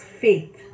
faith